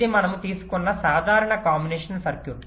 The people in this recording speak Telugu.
ఇది మనము తీసుకున్న సాధారణ కాంబినేషన్ సర్క్యూట్